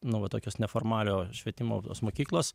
nu vat tokios neformaliojo švietimo tos mokyklos